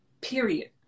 period